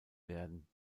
werden